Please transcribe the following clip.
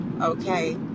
okay